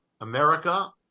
America